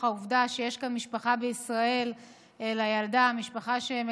העובדה שיש לילדה משפחה כאן בישראל,